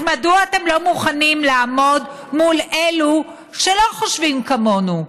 אז מדוע אתם לא מוכנים לעמוד מול אלו שלא חושבים כמונו,